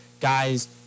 guys